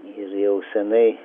ir jau senai